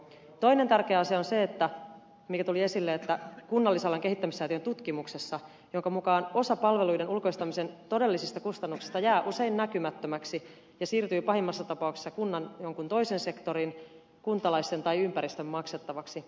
toinen tärkeä asia on se mikä tuli esille että kunnallisalan kehittämissäätiön tutkimuksen mukaan osa palveluiden ulkoistamisen todellisista kustannuksista jää usein näkymättömäksi ja siirtyy pahimmassa tapauksessa kunnan jonkun toisen sektorin kuntalaisten tai ympäristön maksettavaksi